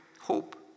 hope